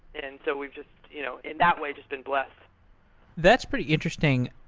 and so we've just you know in that way, just been blessed that's pretty interesting.